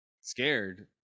scared